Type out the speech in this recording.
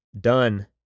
Done